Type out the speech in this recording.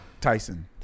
Tyson